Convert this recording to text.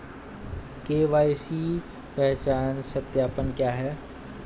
KYC पहचान सत्यापन क्या है?